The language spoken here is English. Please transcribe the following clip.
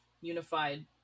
unified